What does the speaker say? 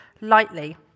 lightly